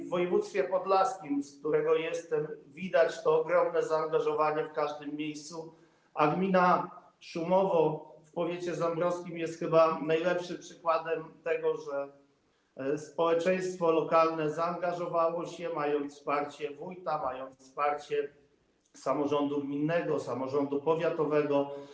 W województwie podlaskim, z którego pochodzę, widać to ogromne zaangażowanie w każdym miejscu, a gmina Szumowo w powiecie zambrowskim jest chyba najlepszym przykładem tego, że społeczeństwo lokalne zaangażowało się, mając wsparcie wójta, mając wsparcie samorządu gminnego, samorządu powiatowego.